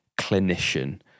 clinician